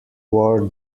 war